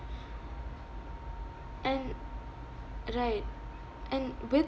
and right and with